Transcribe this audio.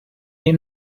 him